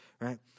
right